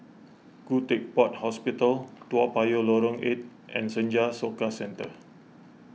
Khoo Teck Puat Hospital Toa Payoh Lorong eight and Senja Soka Centre